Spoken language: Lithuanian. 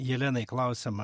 jelenai klausimą